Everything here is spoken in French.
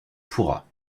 pourra